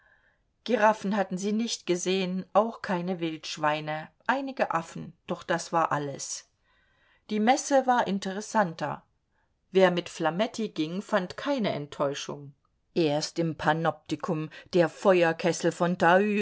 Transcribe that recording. giraffen hatten sie nicht gesehen auch keine wildschweine einige affen doch das war alles die messe war interessanter wer mit flametti ging fand keine enttäuschung erst im panoptikum der feuerkessel von